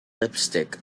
lipstick